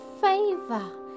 favor